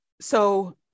So-